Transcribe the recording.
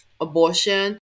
abortion